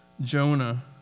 Jonah